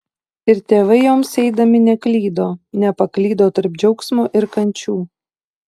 ir tėvai joms eidami neklydo nepaklydo tarp džiaugsmo ir kančių